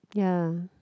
ya